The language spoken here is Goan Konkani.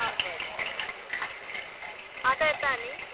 आं बरें आतां येता न्ही